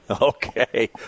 okay